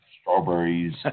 strawberries